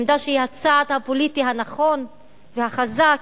עמדה שהיא הצעד הפוליטי הנכון והחזק,